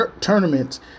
tournaments